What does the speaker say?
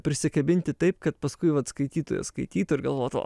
prisikabinti taip kad paskui vat skaitytojas skaitytų ir galvotų